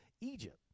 Egypt